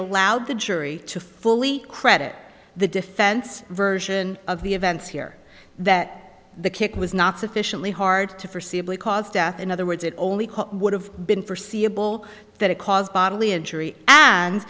allowed the jury to fully credit the defense version of the events here that the kick was not sufficiently hard to for simply cause death in other words it only would have been forseeable that it caused bodily injury and